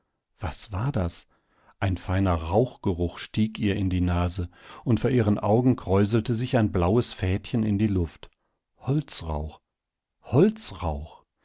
was war das ein feiner rauchgeruch stieg ihr in die nase und vor ihren augen kräuselte sich ein blaues fädchen in die luft holzrauch